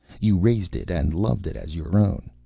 you raised it and loved it as your own.